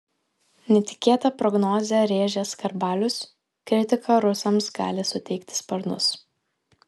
netikėtą prognozę rėžęs skarbalius kritika rusams gali suteikti sparnus